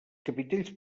capitells